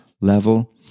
level